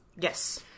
Yes